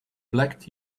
black